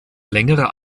längerer